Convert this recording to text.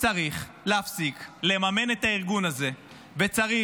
שצריך להפסיק לממן את הארגון הזה וצריך